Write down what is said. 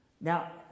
Now